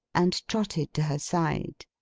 and trotted to her side.